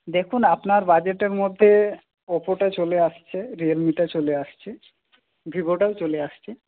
দেখুন আপনার বাজেটের মধ্যে ওপ্পোটা চলে আসছে রিয়েলমিটা চলে আসছে ভিভোটাও চলে আসছে